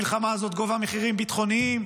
המלחמה הזאת גובה מחירים ביטחוניים,